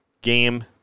game